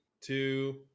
two